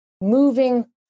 moving